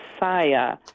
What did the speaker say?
Messiah